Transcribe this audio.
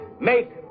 make